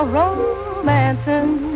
romancing